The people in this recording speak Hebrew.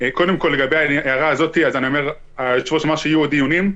קודם כול לגבי ההערה הזאת היושב-ראש אמר שיהיו עוד דיונים.